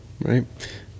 right